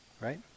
Right